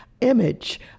image